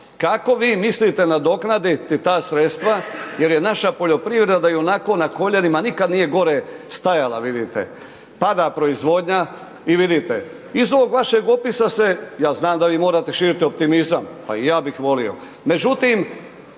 Kako vi mislite nadoknaditi ta sredstva jer je naša poljoprivreda ionako na koljenima, nikad nije gore stajala vidite, pada proizvodnja i vidite iz ovog vašeg opisa se, ja znam da vi morate širit optimizam, pa i ja bih volio,